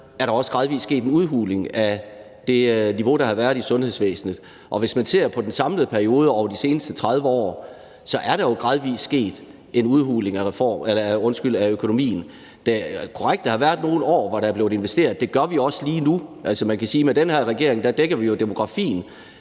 er der også gradvis sket en udhuling af det niveau, der har været i sundhedsvæsenet. Og hvis man ser samlet på perioden over de seneste 30 år, er der jo gradvis sket en udhuling af økonomien. Det er korrekt, at der har været nogle år, hvor der er blevet investeret, og det gør vi jo også lige nu. Altså, man kan sige, at med den her regering dækker vi jo demografien;